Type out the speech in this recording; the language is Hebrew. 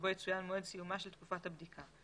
שבו יצוין מועד סיומה של תקופת הבדיקה.